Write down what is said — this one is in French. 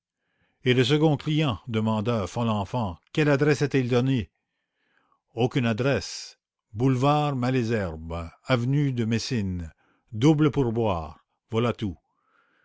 et le second client demanda folenfant quelle adresse a-t-il donnée aucune adresse boulevard malesherbes avenue de messine double pourboire voilà tout